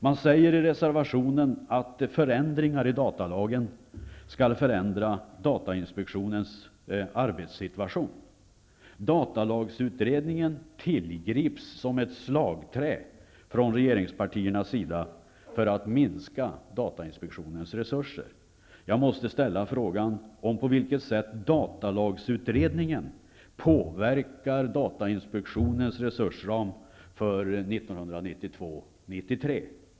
Man säger i reservationen att förändringar i datalagen skall förändra datainspektionens arbetssituation. Datalagsutredningen tillgrips som ett slagträ från regeringspartiernas sida för att minska datainspektionens resurser. Jag måste ställa frågan om på vilket sätt datalagsutredningen påverkar datainspektionens resursram för 1992/93.